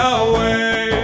away